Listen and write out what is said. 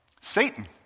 Satan